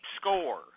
score